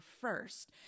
first